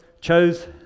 chose